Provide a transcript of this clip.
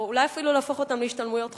אולי אפילו להפוך אותן להשתלמויות חובה,